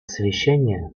совещания